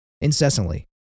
incessantly